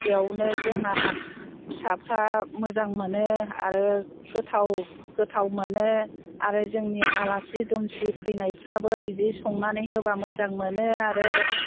बेयावनो जोंना फिसाफोरा मोजां मोनो आरो गोथाव गोथाव मोनो आरो जोंनि आलासि दुमसि फैनायफ्राबो बिदि संनानै होबा मोजां मोनो आरो